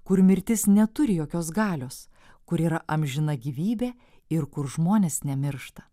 kur mirtis neturi jokios galios kur yra amžina gyvybė ir kur žmonės nemiršta